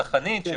צרכנית,